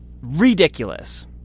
Ridiculous